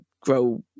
grow